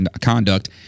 conduct